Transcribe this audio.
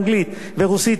אנגלית ורוסית,